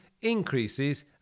increases